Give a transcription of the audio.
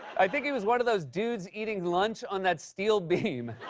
i'd think he was one of those dudes eating lunch on that steel beam.